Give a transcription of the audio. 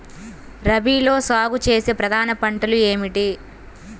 రబీలో సాగు చేసే ప్రధాన పంటలు ఏమిటి?